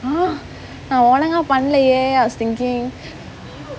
!huh! நான் ஒழுங்கா பண்ணலையே:naan olunga pannalaiyae I was thinking